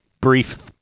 brief